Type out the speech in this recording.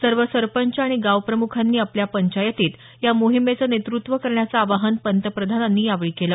सर्व सरपंच आणि गाव प्रमुखांनी आपल्या पंचायतीत या मोहिमेचं नेतृत्व करण्याचं आवाहन पंतप्रधानांनी यावेळी केलं